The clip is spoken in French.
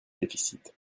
déficits